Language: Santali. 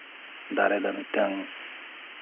ᱫᱟᱨᱮ ᱫᱚ ᱢᱤᱫᱴᱟᱱ